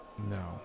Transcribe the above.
No